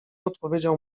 odpowiedział